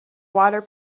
water